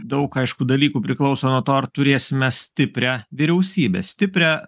daug aišku dalykų priklauso nuo to ar turėsime stiprią vyriausybę stiprią